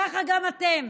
ככה גם אתם.